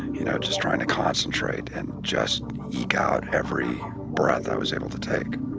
you know, just trying to concentrate and just eek out every breath, i was able to take.